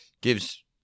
gives